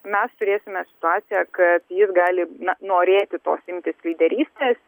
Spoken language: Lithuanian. mes turėsime situaciją kad jis gali norėti tos imtis lyderystės